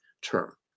term